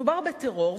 מדובר בטרור,